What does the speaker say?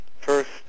First